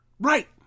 Right